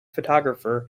photographer